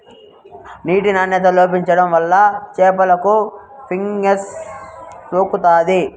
నీటి నాణ్యత లోపించడం వల్ల చేపలకు ఫంగస్ సోకుతాది